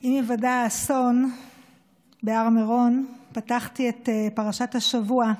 עם היוודע האסון בהר מירון פתחתי את פרשת השבוע,